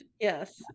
yes